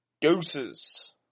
Doses